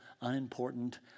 unimportant